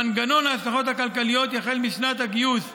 מנגנון ההשלכות הכלכליות יחל משנת הגיוס 2020,